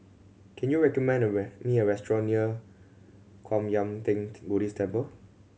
can you recommend me a restaurant near Kwan Yam Theng Buddhist Temple